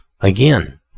Again